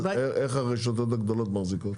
איך הרשתות הגדולות מחזיקות?